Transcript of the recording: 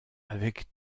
avec